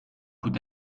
could